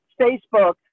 Facebook